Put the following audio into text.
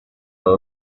were